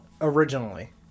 Originally